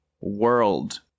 World